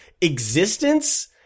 existence